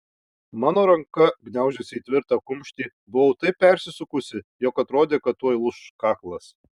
mano ranka gniaužėsi į tvirtą kumštį buvau taip persisukusi jog atrodė kad tuoj lūš kaklas